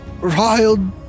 riled